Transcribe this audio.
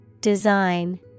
Design